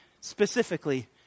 specifically